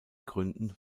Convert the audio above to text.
gründen